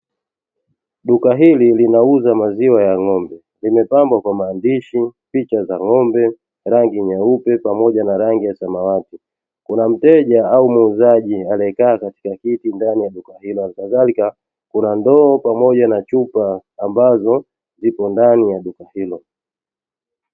Duka hili linauza maziwa ya ng'ombe nimepambwa kwa maandishi picha za ng'ombe rangi nyeupe pamoja na rangi ya samawati, kuna mteja au muuzaji aliyekaa katika kiti ndani ya duka hilo hali kadhalika, kuna ndoo pamoja na chupa ambazo zipo ndani ya duka hilo.